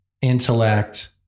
intellect